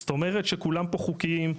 זאת אומרת שכולם פה חוקיים.